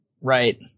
Right